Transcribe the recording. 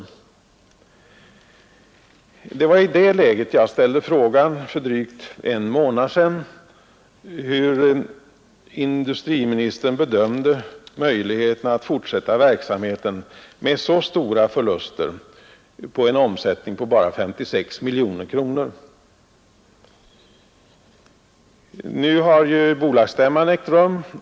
43 Det var i det läget jag för drygt en månad sedan ställde frågan, hur industriministern bedömde möjligheterna att fortsätta verksamheten med så stora förluster vid en omsättning på bara 56 miljoner kronor. Nu har bolagsstämman hållits.